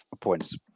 points